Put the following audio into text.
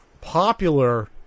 popular